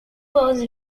was